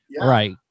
right